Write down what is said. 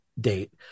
date